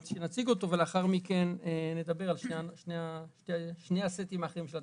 ולאחר מכן נדבר על שני הסטים האחרים של התקנות.